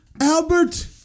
Albert